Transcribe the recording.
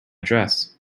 dress